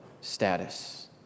status